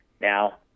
Now